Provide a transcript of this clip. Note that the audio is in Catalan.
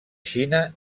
xina